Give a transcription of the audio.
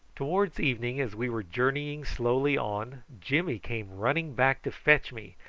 towards evening, as we were journeying slowly on, jimmy came running back to fetch me,